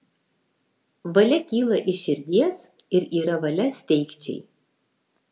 valia kyla iš širdies ir yra valia steigčiai